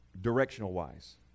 directional-wise